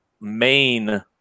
Main